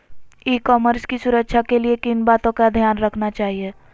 ई commerce की सुरक्षा के लिए किन बातों का ध्यान रखना चाहिए?